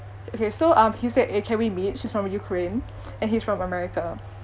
okay so um he's like eh can we met she's from ukraine and he's from america